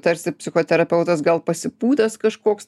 tarsi psichoterapeutas gal pasipūtęs kažkoks